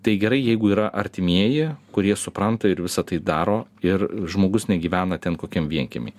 tai gerai jeigu yra artimieji kurie supranta ir visa tai daro ir žmogus negyvena ten kokiam vienkiemy